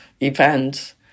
event